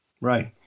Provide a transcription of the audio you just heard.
Right